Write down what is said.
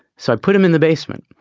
so i put him in the basement.